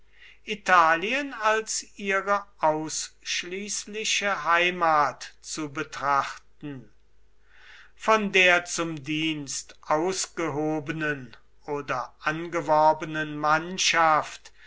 italien als ihre ausschließliche heimat zu betrachten von der zum dienst ausgehobenen oder angeworbenen mannschaft